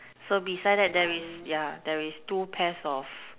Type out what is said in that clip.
so beside that there is yeah there is two pairs of